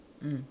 mm